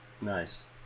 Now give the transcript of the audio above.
Nice